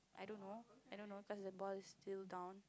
I don't know I don't know cause the ball is still down